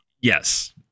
Yes